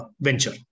venture